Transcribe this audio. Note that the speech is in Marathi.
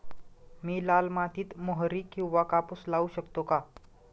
मी लाल मातीत मोहरी किंवा कापूस लावू शकतो का?